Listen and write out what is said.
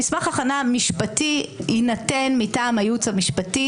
מסמך הכנה משפטי יינתן מטעם הייעוץ המשפטי.